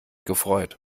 gefreut